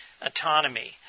Autonomy